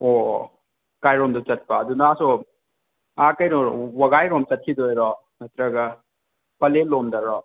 ꯑꯣ ꯀꯥꯏꯔꯣꯝꯗ ꯆꯠꯄ ꯑꯗꯨꯅ ꯑꯁꯣꯝ ꯑꯥ ꯀꯩꯅꯣ ꯋꯥꯒꯥꯏꯔꯣꯝ ꯆꯠꯈꯤꯗꯣꯏꯔꯣ ꯅꯠꯇ꯭ꯔꯒ ꯄꯂꯦꯟꯂꯣꯝꯗꯔꯣ